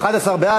ההצבעה.